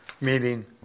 meeting